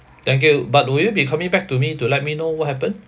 thank you but will you be coming back to me to let me know what happen